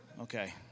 Okay